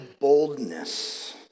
boldness